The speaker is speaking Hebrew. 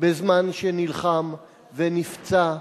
בזמן שנלחם, ונפצע,